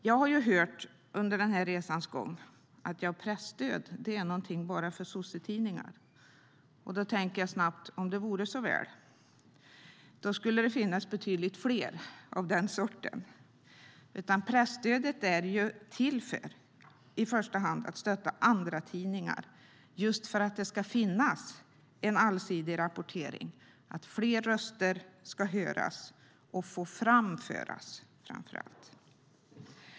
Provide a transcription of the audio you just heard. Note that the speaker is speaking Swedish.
Jag har hört under den här resans gång att presstöd är någonting bara för sossetidningar. Då tänker jag snabbt: Om det vore så väl! Då skulle det finnas betydligt fler av den sorten. Nej, presstödet är i första hand till för att stötta andratidningar, för att det ska finnas en allsidig rapportering, för att fler röster ska få höras och framför allt få framföras.